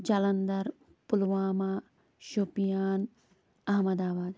Jalandhar Pulwama Shopian Ahmedabad